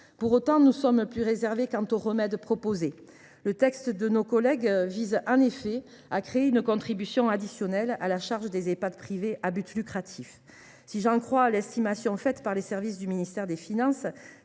Pour autant, nous sommes plus réservés quant au « remède » proposé. Le texte de nos collègues vise en effet à créer une contribution additionnelle à la charge des Ehpad privés à but lucratif. Si j’en crois l’estimation faite par les services du ministère chargé des finances,